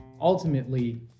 ultimately